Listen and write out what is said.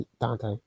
Dante